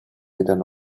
within